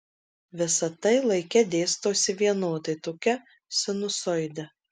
visa tai laike dėstosi vienodai tokia sinusoide